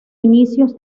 inicios